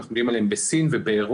אנחנו יודעים עליהם בסין ובאירופה,